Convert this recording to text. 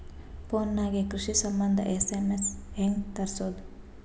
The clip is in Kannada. ಫೊನ್ ನಾಗೆ ಕೃಷಿ ಸಂಬಂಧ ಎಸ್.ಎಮ್.ಎಸ್ ಹೆಂಗ ತರಸೊದ?